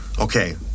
Okay